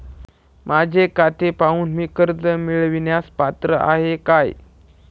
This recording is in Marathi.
माझे खाते पाहून मी कर्ज मिळवण्यास पात्र आहे काय?